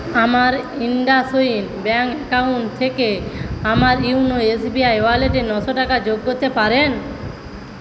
আমার IndusInd bank account থেকে আমার ইওনো এস বি আই ওয়ালেটে নশো টাকা যোগ করতে পারেন